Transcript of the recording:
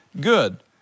good